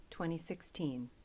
2016